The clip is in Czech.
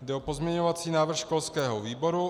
Jde o pozměňovací návrh školského výboru.